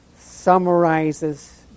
summarizes